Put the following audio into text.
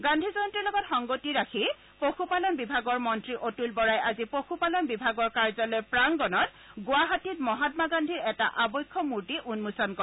গান্ধী জয়ন্তীৰ লগত সংগতি ৰাখি পশুপালন বিভাগৰ মন্ত্ৰী অতুল বৰাই আজি পশুপালন বিভাগৰ কাৰ্যালয় প্ৰাঙ্গনত গুৱাহাটীত মহামা গান্ধীৰ এটা আৱক্ষ মূৰ্তি উন্মোচন কৰে